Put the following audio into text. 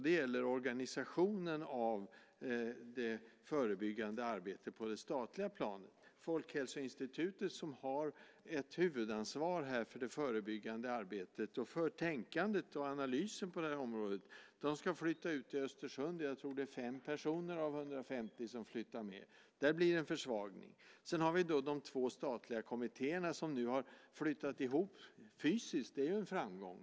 Det gäller organisationen av det förebyggande arbetet på det statliga planet. Folkhälsoinstitutet har ett huvudansvar för det förebyggande arbetet och för tänkandet och analysen på området. Institutet ska flytta till Östersund. Jag tror att det är fem personer av 150 som flyttar med. Det blir en försvagning. Sedan är det de två statliga kommittéerna som nu har flyttat ihop fysiskt. Det är en framgång!